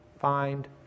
Find